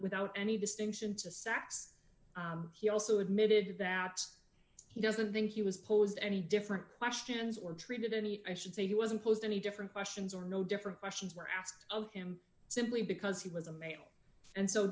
without any distinction to sex he also admitted that he doesn't think he was posed any different questions or treated any i should say he wasn't posed any different questions are no different questions were asked of him simply because he was a male and so